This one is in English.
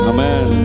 Amen